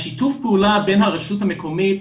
שיתוף הפעולה בין הרשות המקומית,